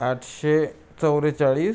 आठशे चव्वेचाळीस